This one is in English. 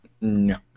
no